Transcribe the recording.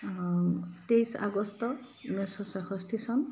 তেইছ আগষ্ট ঊনৈছশ ছয়ষষ্ঠি চন